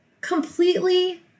completely